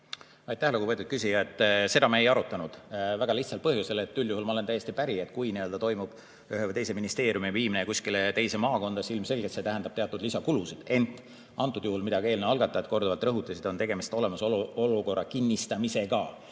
Aitäh, lugupeetud küsija! Seda me ei arutanud. Väga lihtsal põhjusel. Üldjuhul olen ma täiesti päri, et kui toimub ühe või teise ministeeriumi viimine kuskile teise maakonda, siis ilmselgelt see tähendab teatud lisakulusid, ent antud juhul – seda ka eelnõu algatajad korduvalt rõhutasid – on tegemist olemasoleva olukorra kinnistamisega,